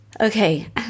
Okay